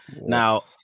now